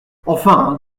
enfin